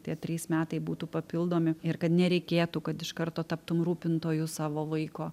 tie trys metai būtų papildomi ir kad nereikėtų kad iš karto taptum rūpintoju savo vaiko